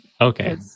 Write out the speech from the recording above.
Okay